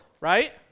right